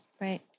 Right